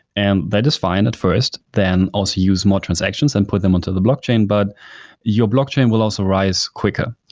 and that is fine at first, then also use more transactions and put them on to the blockchain, but your blockchain will also rise quicker.